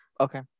Okay